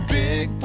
big